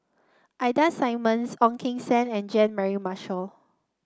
Ida Simmons Ong Keng Sen and Jean Mary Marshall